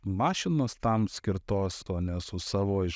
mašinos tam skirtos o ne su savo iš